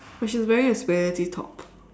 but she's wearing a spaghetti top